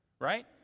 right